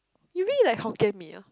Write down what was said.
you be like Hokkien-Mee